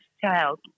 child